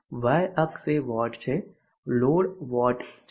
Y અક્ષ એ watt છે લોડ વોટ છે